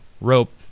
rope